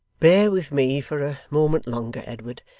bear with me for a moment longer, edward,